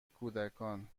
کودکان